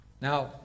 Now